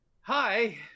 hi